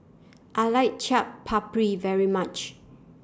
I like Chaat Papri very much